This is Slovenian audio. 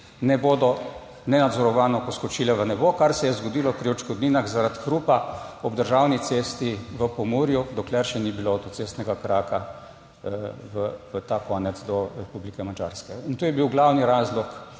ne bodo nenadzorovano poskočile v nebo, kar se je zgodilo pri odškodninah zaradi hrupa ob državni cesti v Pomurju, dokler še ni bilo avtocestnega kraka v tem koncu do Republike Madžarske. To je bil glavni razlog,